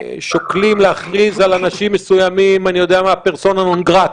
שוקלים להכריז על אנשים מסוימים, פרסונו נון גרטה.